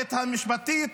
במערכת המשפטית.